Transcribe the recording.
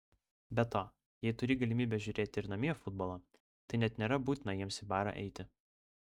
be to jei turi galimybę žiūrėti ir namie futbolą tai net nėra būtina jiems į barą eiti